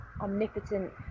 omnipotent